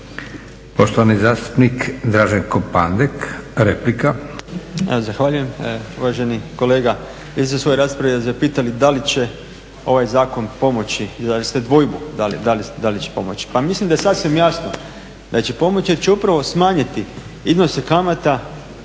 Poštovani zastupnik Draženko Pandek, replika. **Pandek, Draženko (SDP)** Zahvaljujem uvaženi kolega. Vi ste se u svojoj raspravi zapitali da li će ovaj zakon pomoći, izrazili ste dvojbu da li će pomoći. Pa mislim da je sasvim jasno da će pomoći, jer će upravo smanjiti iznose kamata